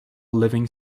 living